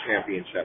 championship